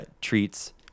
treats